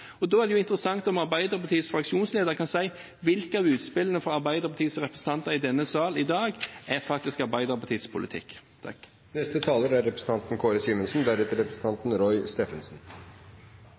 Da er det interessant om Arbeiderpartiets fraksjonsleder kan si hvilke av utspillene fra Arbeiderpartiets representanter i denne salen i dag som faktisk er Arbeiderpartiets politikk.